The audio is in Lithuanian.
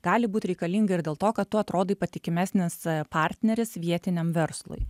gali būt reikalinga ir dėl to kad tu atrodai patikimesnis partneris vietiniam verslui